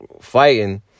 fighting